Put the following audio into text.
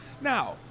now